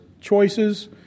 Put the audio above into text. choices